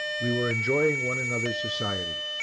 we were enjoying one another's society.